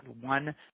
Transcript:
one